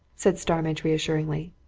said starmidge reassuringly.